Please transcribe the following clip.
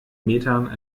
metern